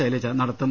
ശൈലജ നടത്തും